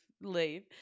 leave